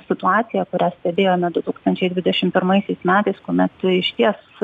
situaciją kurią stebėjome du tūkstančiai dvidešimt pirmaisiais metais kuomet išties